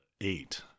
eight